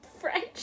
French